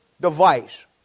device